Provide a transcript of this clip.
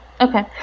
Okay